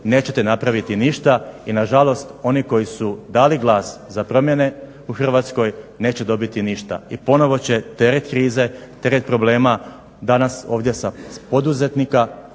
nećete napraviti ništa i nažalost oni koji su dali glas za promjene u Hrvatskoj neće dobiti ništa i ponovo će teret krize, teret problema danas ovdje sa poduzetnika